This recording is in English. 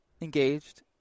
engaged